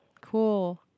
Cool